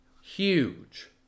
Huge